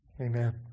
Amen